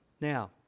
Now